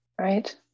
Right